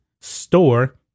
store